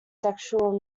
sexual